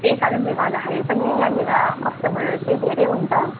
त्यही कारणले गर्दाखेरि पनि यहाँनिर कस्टमरहरू चाहिँ धेरै हुन्छ